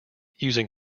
using